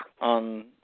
on